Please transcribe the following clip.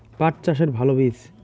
পাঠ চাষের ভালো বীজ?